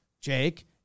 Jake